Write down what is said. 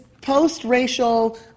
post-racial